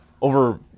over